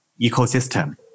ecosystem